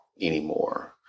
anymore